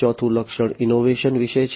ચોથું લક્ષણ ઈનોવેશન વિશે છે